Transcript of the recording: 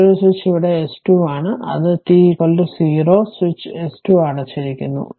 മറ്റൊരു സ്വിച്ച് ഇവിടെ S 2 ആണ് അത് t 0 സ്വിച്ച് S 2 അടച്ചിരിക്കുന്നു